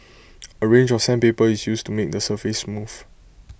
A range of sandpaper is used to make the surface smooth